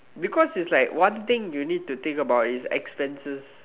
because it's like one thing you need to think about is expenses